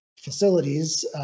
facilities